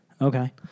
Okay